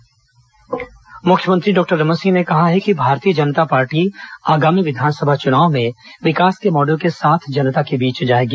मुख्यमंत्री रायगढ मुख्यमंत्री डॉक्टर रमन सिंह ने कहा है कि भारतीय जनता पार्टी आगामी विधानसभा चुनाव में विकास के मॉडल के साथ जनता के बीच जाएगी